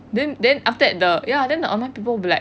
then then after that the ya then the online people will be like